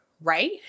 Right